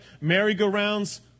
merry-go-rounds